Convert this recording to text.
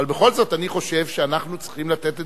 אבל בכל זאת אני חושב שאנחנו צריכים לתת את